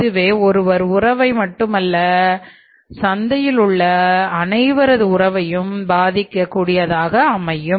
இதுவே ஒருவர் உறவை மட்டுமல்ல உள்ள சந்தையில் உள்ள அனைவரது உறவையும் பாதிக்கக் கூடியதாக அமையும்